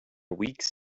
weeks